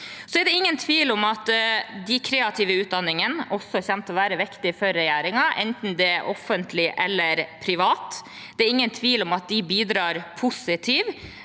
er det ingen tvil om at de kreative utdanningene også kommer til å være viktige for regjeringen, enten det er offentlige eller private. Det er ingen tvil om at de bidrar positivt